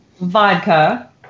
vodka